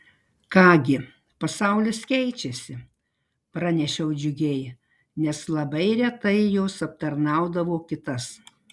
ką gi pasaulis keičiasi pranešiau džiugiai nes labai retai jos aptarnaudavo kitas